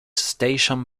station